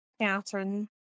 Catherine